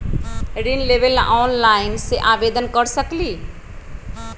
ऋण लेवे ला ऑनलाइन से आवेदन कर सकली?